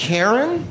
Karen